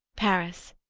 paris,